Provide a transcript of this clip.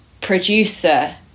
producer